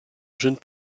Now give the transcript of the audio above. jeune